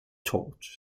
tod